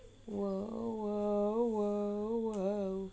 !whoa! !whoa! !whoa!